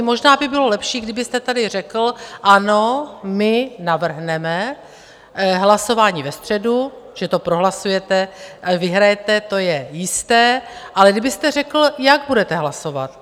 Možná by bylo lepší, kdybyste tady řekl ano, my navrhneme hlasování ve středu, že to prohlasujete, vyhrajete, to je jisté, ale kdybyste řekl, jak budete hlasovat.